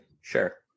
Sure